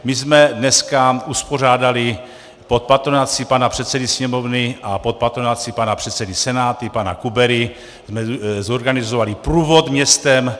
My jsme dneska uspořádali pod patronací pana předsedy Sněmovny a pod patronací pana předsedy Senátu pana Kubery, zorganizovali jsme průvod městem.